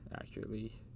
accurately